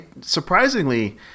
surprisingly